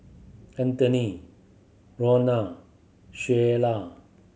Antoine Ronna Sheyla